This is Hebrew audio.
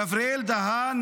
גבריאל דהאן,